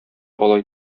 алай